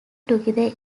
together